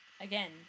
again